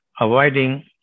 avoiding